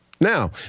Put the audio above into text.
Now